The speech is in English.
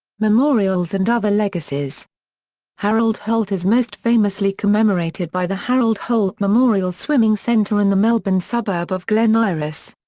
memorials and other legacies harold holt is most famously commemorated by the harold holt memorial swimming centre in the melbourne suburb of glen iris.